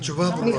התשובה ברורה.